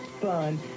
fun